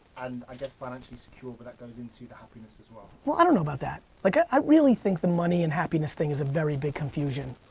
and i guess financially secure, but that goes into the happiness as well. well, i don't know about that. like i i really think the money and happiness thing is a very big confusion.